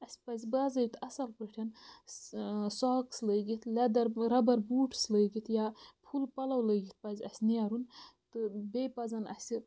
اَسہِ پَزِ بازٲبطہ اَصٕل پٲٹھۍ ساکٕس لٲگِتھ لٮ۪دَر رَبَر بوٗٹٕس لٲگِتھ یا فُل پَلَو لٲگِتھ پَزِ اَسہِ نیرُن تہٕ بیٚیہِ پَزَن اَسہِ